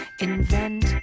Invent